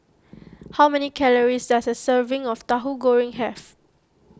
how many calories does a serving of Tahu Goreng has